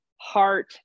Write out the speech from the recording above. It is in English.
heart